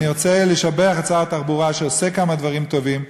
אני רוצה לשבח את שר התחבורה שעושה כמה דברים טובים,